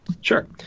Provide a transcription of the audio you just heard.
Sure